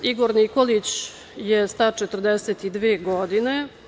Igor Nikolić je star 42 godine.